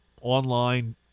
online